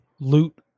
loot